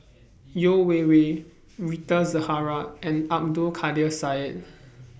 Yeo Wei Wei Rita Zahara and Abdul Kadir Syed